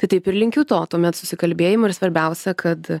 tai taip ir linkiu to tuomet susikalbėjimo ir svarbiausia kad